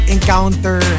encounter